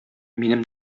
минем